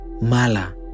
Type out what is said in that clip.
Mala